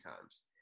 times